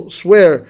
swear